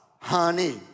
honey